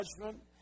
judgment